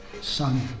Son